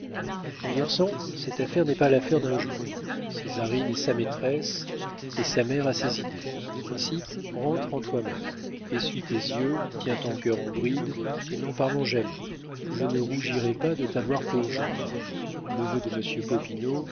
mon garçon cette affaire n'est pas l'affaire d'un jour césarine est sa maîtresse et sa mère a ses idées ainsi rentre en toi-même essuie tes yeux tiens ton cœur en bride et n'en parlons jamais je ne rougirais pas de t'avoir pour gendre neveu de